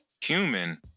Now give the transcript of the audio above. human